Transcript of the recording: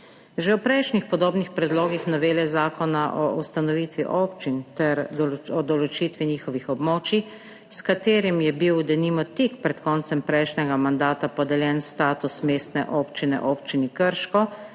Že v prejšnjih podobnih predlogih novele Zakona o ustanovitvi občin ter o določitvi njihovih območij, s katerim je bil denimo tik pred koncem prejšnjega mandata podeljen status mestne občine Občini Krško